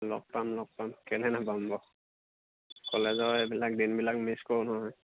লগ পাম লগ পাম কেলৈ নাপাম বাৰু কলেজৰ এইবিলাক দিনবিলাক মিছ কৰোঁ নহয়